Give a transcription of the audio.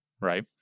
right